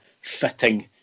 fitting